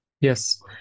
Yes